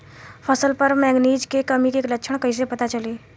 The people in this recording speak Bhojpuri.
फसल पर मैगनीज के कमी के लक्षण कईसे पता चली?